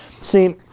See